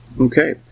okay